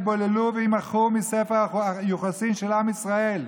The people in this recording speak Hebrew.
יתבוללו וימחקו מספר היוחסין של עם ישראל.